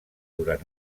durant